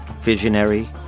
visionary